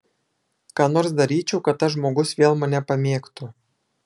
ką nors daryčiau kad tas žmogus vėl mane pamėgtų